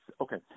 Okay